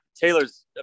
Taylor's